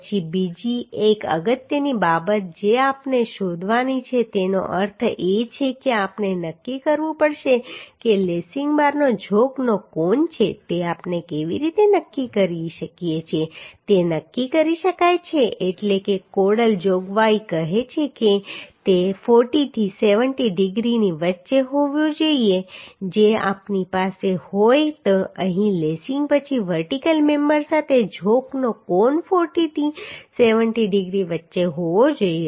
પછી બીજી એક અગત્યની બાબત જે આપણે શોધવાની છે તેનો અર્થ એ છે કે આપણે નક્કી કરવું પડશે કે લેસિંગ બારના ઝોકનો કોણ છે તે આપણે કેવી રીતે નક્કી કરી શકીએ કે તે નક્કી કરી શકાય છે એટલે કે કોડલ જોગવાઈ કહે છે કે તે 40 થી 70 ડિગ્રીની વચ્ચે હોવી જોઈએ જો આપણી પાસે હોય તો અહીં લેસિંગ પછી વર્ટિકલ મેમ્બર સાથે ઝોકનો કોણ 40 થી 70 ડિગ્રી વચ્ચે હોવો જોઈએ